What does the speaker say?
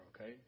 okay